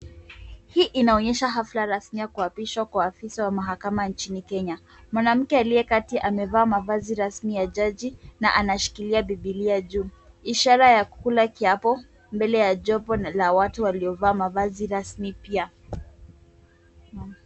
Hii inaonyesha hafla rasmi ya kuapishwa kwa afisa wa mahakama nchini Kenya. Mwanamke aliyekati amevaa mavazi rasmi ya jaji na anashikilia biblia juu. Ishara ya kukula kiapo mbele ya jopo la watu waliovaa mavazi rasmi pia.